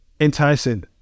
enticing